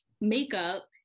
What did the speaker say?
makeup